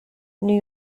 new